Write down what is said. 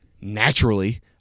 naturally